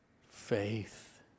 faith